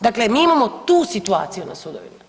Dakle, mi imamo tu situaciju na sudovima.